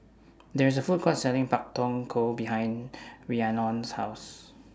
There IS A Food Court Selling Pak Thong Ko behind Rhiannon's House